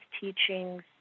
teachings